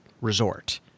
resort